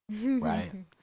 right